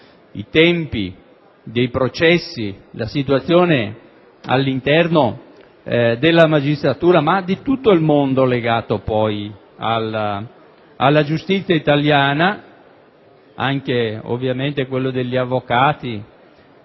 I tempi dei processi, la situazione all'interno della magistratura, ma di tutto il mondo legato alla giustizia italiana, anche ovviamente quello degli avvocati,